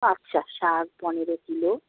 আচ্ছা শাক পনেরো কিলো